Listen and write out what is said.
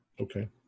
Okay